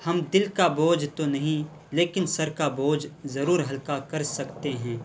ہم دل کا بوجھ تو نہیں لیکن سر کا بوجھ ضرور ہلکا کر سکتے ہیں